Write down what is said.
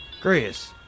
Chris